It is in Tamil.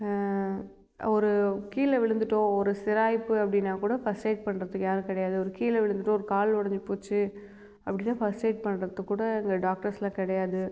ஒரு கீழே விழுந்துட்டோம் ஒரு சிராய்ப்பு அப்படின்னாக்கூட ஃபஸ்ட் எயிட் பண்ணுறதுக்கு யாரும் கிடையாது ஒரு கீழே விழுந்துட்டோம் ஒரு கால் உடஞ்சி போச்சு அப்படின்னா ஃபஸ்ட் எயிட் பண்ணுறத்துக்கு கூட அங்கே டாக்டர்ஸ்லாம் கிடையாது